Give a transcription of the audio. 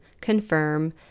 confirm